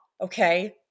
okay